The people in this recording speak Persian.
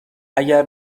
اگر